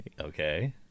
Okay